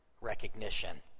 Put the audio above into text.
recognition